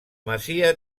masia